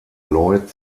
lloyd